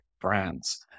brands